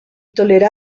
tolera